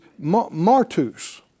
martus